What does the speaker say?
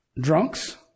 drunks